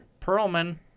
Perlman